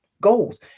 goals